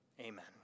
Amen